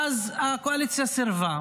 ואז הקואליציה סירבה.